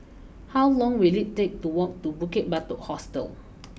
how long will it take to walk to Bukit Batok Hostel